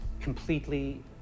completely